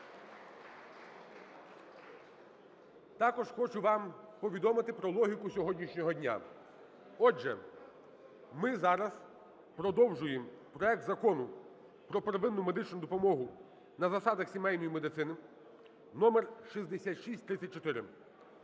Також хочу вам повідомити про логіку сьогоднішнього дня. Отже, ми зараз продовжуємо проект Закону про первинну медичну допомогу на засадах сімейної медицини (№ 6634).